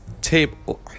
table